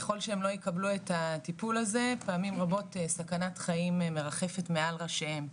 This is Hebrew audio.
ככל שהם לא יקבלו את הטיפול הזה פעמים רבות סכנת חיים מרחפת מעל ראשיהם,